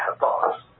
boss